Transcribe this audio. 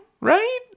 Right